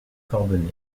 corbenay